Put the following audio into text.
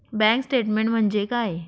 Bank statement म्हणजे काय?